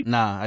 Nah